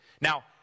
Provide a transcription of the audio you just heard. Now